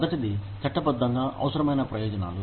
మొదటిది చట్టబద్ధంగా అవసరమైన ప్రయోజనాలు